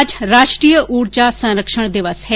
आज राष्ट्रीय उर्जा संरक्षण दिवस है